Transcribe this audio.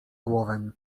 głowę